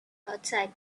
outside